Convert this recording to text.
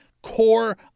core